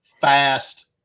fast